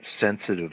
sensitive